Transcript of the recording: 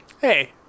Hey